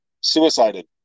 suicided